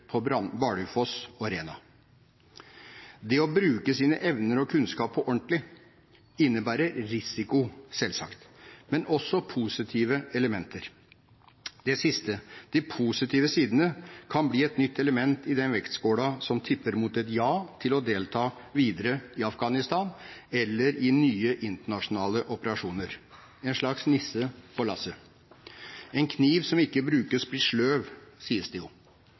på Bardufoss og Rena. Det å bruke sine evner og sin kunnskap på ordentlig innebærer risiko, selvsagt, men også positive elementer. Det siste, de positive sidene, kan bli et nytt element i den vektskålen som tipper mot et ja til å delta videre i Afghanistan eller i nye internasjonale operasjoner – en slags nisse på lasset. En kniv som ikke brukes, blir sløv, sies det jo.